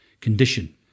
condition